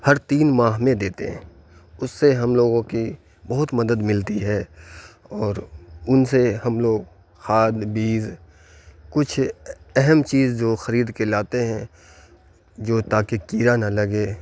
ہر تین ماہ میں دیتے ہیں اس سے ہم لوگوں کی بہت مدد ملتی ہے اور ان سے ہم لوگ خاد بیج کچھ اہم چیز زو خرید کے لاتے ہیں جو تاکہ کیڑا نہ لگے